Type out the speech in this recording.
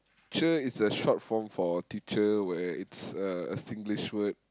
cher is a short form for teacher where it's a a Singlish word